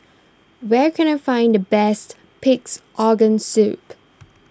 where can I find the best Pig's Organ Soup